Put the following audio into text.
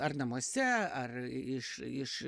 ar namuose ar iš iš